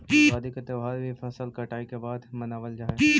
युगादि के त्यौहार भी फसल कटाई के बाद मनावल जा हइ